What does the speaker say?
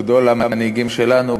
גדול המנהיגים שלנו,